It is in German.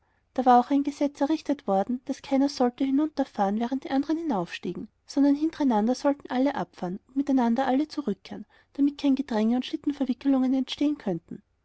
da war auch ein gesetz errichtet worden daß keiner sollte hinunterfahren während die anderen hinaufstiegen sondern hintereinander sollten alle abfahren und miteinander alle zurückkehren damit kein gedränge und schlittenverwickelungen entstehen könnten